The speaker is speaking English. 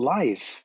life